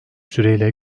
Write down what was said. süreyle